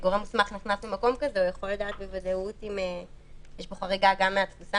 "תיקון תקנה 11א בתקנה 11א לתקנות העיקריות - בתקנת משנה (א),